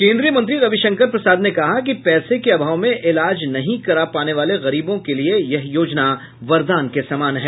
केन्द्रीय मंत्री रविशंकर प्रसाद ने कहा कि पैसे के अभाव में इलाज नहीं करा पाने वाले गरीबों के लिए यह योजना वरदान के समान है